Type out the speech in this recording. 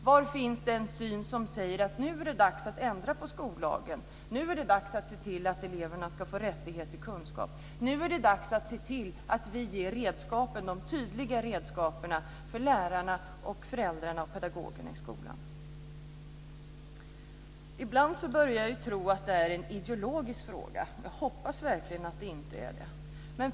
Var finns den syn som säger att det nu är dags att ändra på skollagen, att det nu är dags att se till att eleverna ska få rätt till kunskap, att det nu är dags att se till att vi ger de tydliga redskapen för lärare, för föräldrar och för pedagoger i skolan? Ibland är det som att jag börjar tro att det här är en ideologisk fråga men jag hoppas verkligen att det inte är så.